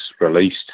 released